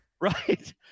Right